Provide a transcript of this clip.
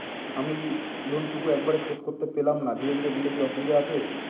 আমি লোনটুকু একবারে শোধ করতে পেলাম না ধীরে ধীরে দিলে কি অসুবিধে আছে?